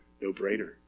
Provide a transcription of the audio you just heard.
no-brainer